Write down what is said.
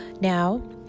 Now